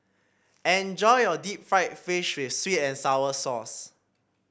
enjoy your Deep Fried Fish with sweet and sour sauce